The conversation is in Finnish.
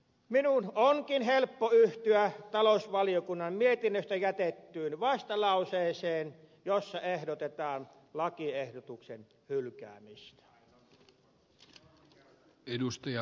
minun onkin helppo yhtyä talousvaliokunnan mietinnöstä jätettyyn vastalauseeseen jossa ehdotetaan lakiehdotuksen hylkäämistä